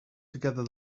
together